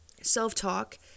Self-talk